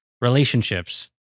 Relationships